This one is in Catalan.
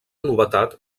novetat